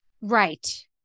Right